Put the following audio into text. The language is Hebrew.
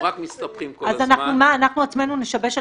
אותן נקודות